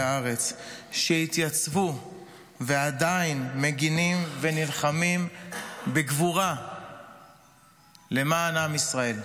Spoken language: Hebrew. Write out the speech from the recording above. הארץ שהתייצבו ועדיין מגינים ונלחמים בגבורה למען עם ישראל.